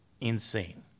insane